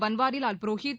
Banwarilal Purohit